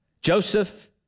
Joseph